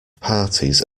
parties